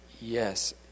Yes